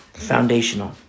foundational